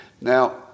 Now